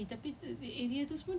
ya the N_T_U_C is twenty four hours [what]